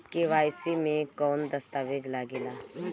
KYC मे कौन दश्तावेज लागेला?